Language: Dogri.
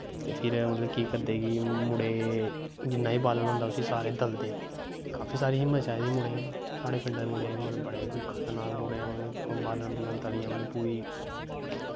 ते फिर केह् करदे कि मतलव मुड़े जिन्ना बी बाललन होंदा उसी सारे दलदे काफी सारे हिम्मत चाही दी मुड़ें गी साढ़े पिंडा दे काफी सारे मुड़े खतरनाक मुड़े ऐं उनैं बालन बुलन दलियै